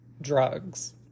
drugs